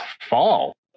fall